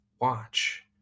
watch